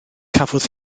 cafodd